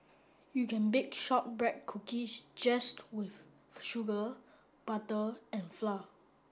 you can bake shortbread cookies just with sugar butter and flour